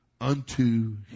unto